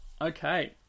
Okay